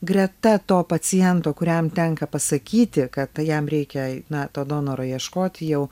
greta to paciento kuriam tenka pasakyti kad jam reikia na to donoro ieškoti jau